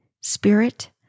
spirit